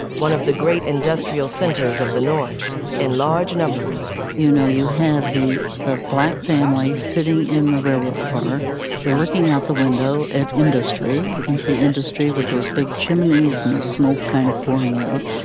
one of the great industrial centers of the north in large numbers you know, you have the the black family sitting in the railroad car there, looking out the window at industry. you can see industry with those big chimneys and the smoke kind of pouring out.